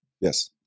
Yes